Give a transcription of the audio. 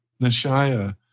Nashaya